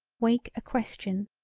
wake a question.